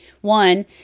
One